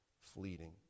fleeting